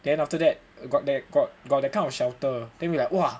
then after that got the got that kind of shelter then we like !wah!